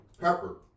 Pepper